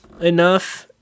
enough